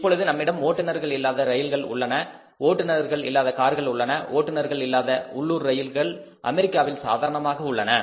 இப்பொழுது நம்மிடம் ஓட்டுநர்கள் இல்லாத ரயில்கள் உள்ளன ஓட்டுநர்கள் இல்லாத கார்கள் உள்ளன ஓட்டுநர்கள் இல்லாத உள்ளூர் ரயில்கள் அமெரிக்காவில் சாதாரணமாக உள்ளன